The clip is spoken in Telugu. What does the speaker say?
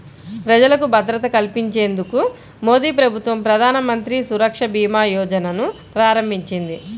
ప్రజలకు భద్రత కల్పించేందుకు మోదీప్రభుత్వం ప్రధానమంత్రి సురక్షభీమాయోజనను ప్రారంభించింది